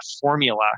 formula